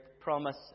promise